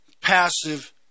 passive